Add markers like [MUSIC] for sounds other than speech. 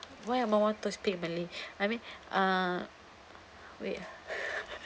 why am I want to speak in malay I mean uh wait [LAUGHS]